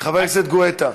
חבר הכנסת גואטה.